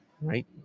right